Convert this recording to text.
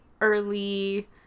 early